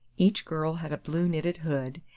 each girl had a blue knitted hood,